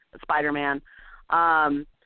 Spider-Man